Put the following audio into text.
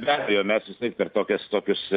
be abejo mes vis tiek per tokias tokius